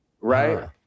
right